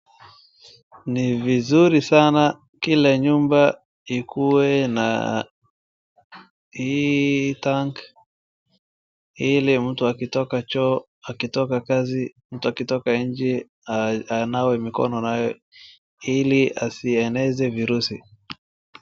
Ni vizuri sana kila nyumba ikuwe na hii tank ili mtu akitoka choo, akitoka kazi, mtu akitoka nje, anawe mikono nayo ili asieneze virusi.